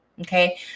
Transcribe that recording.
Okay